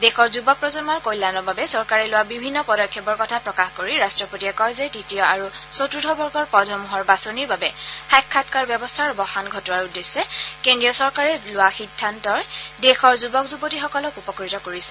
দেশৰ যুৱ প্ৰজন্মৰ কল্যাণৰ বাবে চৰকাৰে লোৱা বিভিন্ন পদক্ষেপৰ কথা প্ৰকাশ কৰি ৰট্টপতিয়ে কয় যে তৃতীয় আৰু চতুৰ্থ বৰ্গৰ পদসমূহৰ বাচনিৰ বাবে সাক্ষাৎকাৰ ব্যৱস্থাৰ অৱসান ঘটোৱাৰ উদ্দেশ্যে কেন্দ্ৰীয় চৰকাৰে লোৱা সিদ্ধান্তই দেশৰ যুৱক যুৱতীসকলক উপকৃত কৰিছে